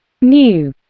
New